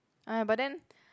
!aiya! but then